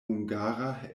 hungara